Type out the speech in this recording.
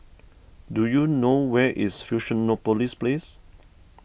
do you know where is Fusionopolis Place